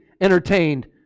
entertained